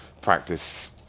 practice